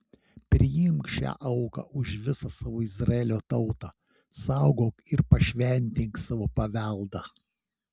priimk šią auką už visą savo izraelio tautą saugok ir pašventink savo paveldą